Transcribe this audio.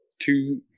two